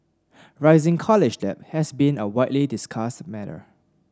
rising college debt has been a widely discussed matter